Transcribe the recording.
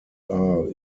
are